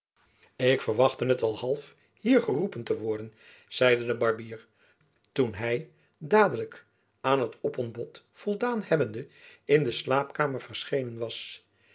ik verwachtte het al half hier geroepen te worden zeide de barbier toen hy dadelijk aan het opontbod voldaan hebbende in de slaapkamer verschenen was